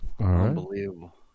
unbelievable